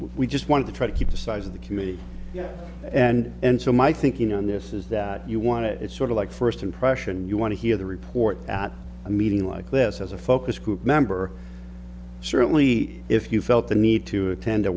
we just want to try to keep the size of the committee and and so my thinking on this is that you want it it's sort of like first impression you want to hear the report at a meeting like this as a focus group member certainly if you felt the need to attend a